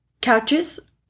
couches